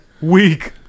Weak